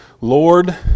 Lord